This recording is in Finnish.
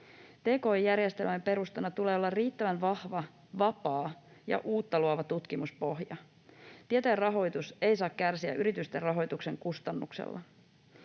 Tki-järjestelmän perustana tulee olla riittävän vahva vapaa ja uutta luova tutkimuspohja. Tieteen rahoitus ei saa kärsiä yritysten rahoituksen kustannuksella.